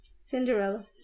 Cinderella